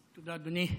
תודה, אדוני.